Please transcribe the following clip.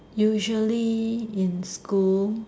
usually in school